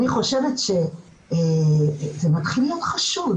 אני חושבת שזה מתחיל להיות חשוד,